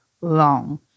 long